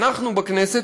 אנחנו בכנסת,